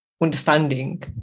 understanding